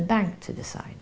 the back to decide